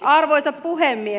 arvoisa puhemies